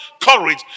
courage